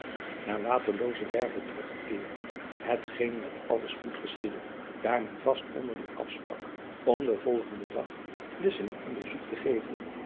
naar aterloozewerve terug te keeren het geen met allen spoed geschiedde daar men vast onderling afsprak om den volgenden dag de stad lissingen een bezoek te geven